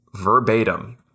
verbatim